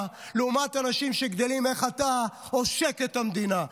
לעומת אנשים שגדלים על איך אתה עושק את המדינה.